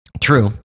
True